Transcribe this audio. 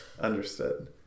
Understood